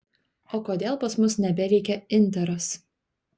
o kodėl pas mus nebeveikia interas